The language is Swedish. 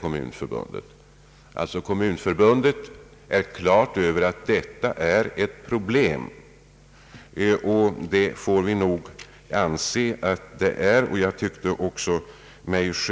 Kommunförbundet är alltså på det klara med att detta är ett problem, och vi får nog anse att så är fallet.